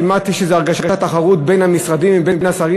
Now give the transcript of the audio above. כמעט יש הרגשה של תחרות בין המשרדים ובין השרים,